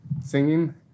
singing